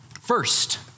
First